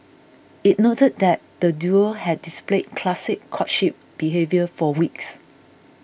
it noted that the duo had displayed classic courtship behaviour for weeks